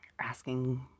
asking